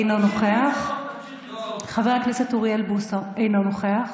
אינו נוכח, חבר הכנסת אוריאל בוסו, אינו נוכח,